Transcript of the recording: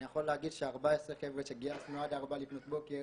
אני יכול להגיד ש-14 חבר'ה שגייסנו עד ארבע לפנות בוקר